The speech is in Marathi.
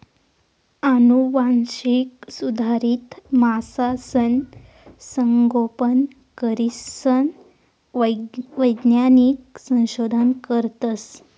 आनुवांशिक सुधारित मासासनं संगोपन करीसन वैज्ञानिक संशोधन करतस